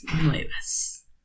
nuevas